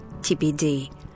TPD